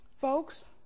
Folks